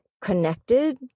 connected